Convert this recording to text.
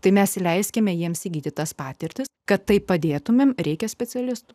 tai mes leiskime jiems įgyti tas patirtis kad taip padėtumėme reikia specialistų